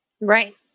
Right